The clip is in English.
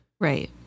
Right